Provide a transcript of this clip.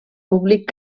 públic